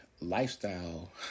lifestyle